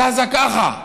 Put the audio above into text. זזה ככה,